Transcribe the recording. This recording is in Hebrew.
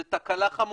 זו תקלה חמורה.